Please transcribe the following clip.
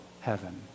heaven